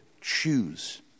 choose